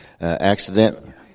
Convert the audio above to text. accident